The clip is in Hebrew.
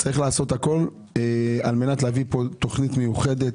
צריך לעשות הכול על מנת להביא פה תכנית מיוחדת